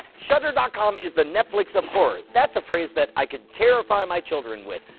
shudder dot com is the netflix of horror. that's a phrase that i could terrify my children with.